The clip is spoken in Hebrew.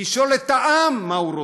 לשאול את העם מה הוא רוצה,